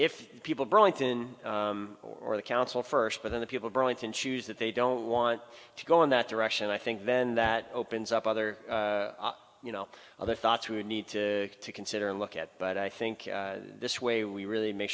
if people burlington or the council first but then the people burlington choose that they don't want to go in that direction i think then that opens up other you know other thoughts we need to consider and look at but i think this way we really make